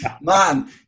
man